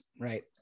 right